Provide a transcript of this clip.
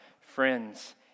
Friends